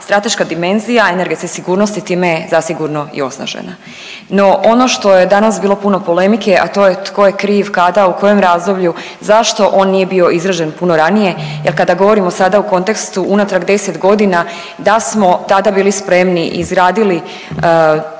Strateška dimenzija energetske sigurnosti time je zasigurno i osnažena. No, ono što je danas bilo puno polemike, a to je tko je kriv, kada, u kojem razdoblju, zašto on nije bio izrađen puno ranije jer kada govorimo sada u kontekstu unatrag 10 godina da smo tada bili spremni i izgradili terminal